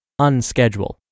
Unschedule